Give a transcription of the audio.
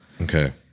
Okay